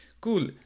Cool